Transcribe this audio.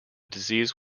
disease